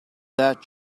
that